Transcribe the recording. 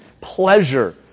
pleasure